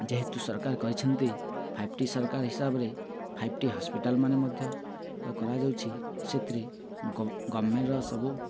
ଯେହେତୁ ସରକାର କରିଛନ୍ତି ଫାଇଭ୍ ଟି ସରକାର ହିସାବରେ ଫାଇବ୍ ଟି ହସ୍ପିଟାଲ୍ ମାନ ମଧ୍ୟ କରାଯାଉଛି ସେଥିରେ ଗଭର୍ଣ୍ଣମେଣ୍ଟ୍ର ସବୁ